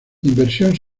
inversión